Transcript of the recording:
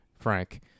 Frank